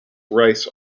rice